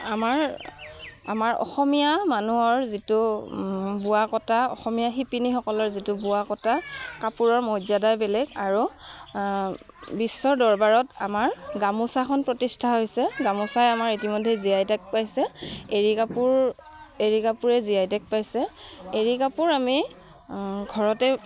আমাৰ আমাৰ অসমীয়া মানুহৰ যিটো বোৱা কটা অসমীয়া শিপিনীসকলৰ যিটো বোৱা কটা কাপোৰৰ মৰ্যাদায় বেলেগ আৰু বিশ্বৰ দৰবাৰত আমাৰ গামোচাখন প্ৰতিষ্ঠা হৈছে গামোচাই আমাৰ ইতিমধ্যে জি আই টেক পাইছে এৰী কাপোৰ এৰী কাপোৰে জি আই টেক পাইছে এৰী কাপোৰ আমি ঘৰতে